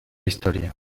historia